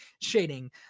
Shading